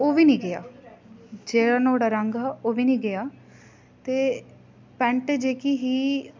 ओह् बी नी गेआ जेह्ड़ा नुहाड़ा रंग हा ओह् बी नी गेआ ते पैंट जेह्की ही